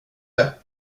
det